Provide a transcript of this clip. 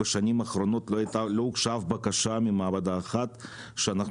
בשנים האחרונות לא הוגשה אף בקשה ממעבדה אחת שאנחנו